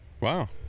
Wow